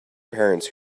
parents